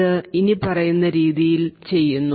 ഇത് ഇനിപ്പറയുന്ന രീതിയിൽ ചെയ്യുന്നു